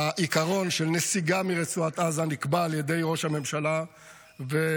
העיקרון של נסיגה מרצועת עזה נקבע על ידי ראש הממשלה ואושר.